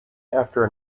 after